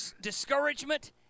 discouragement